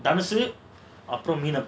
தனுசு அப்புறம் மீனம்:thanusu appuram meenam